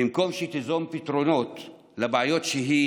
במקום שתיזום פתרונות לבעיות שהיא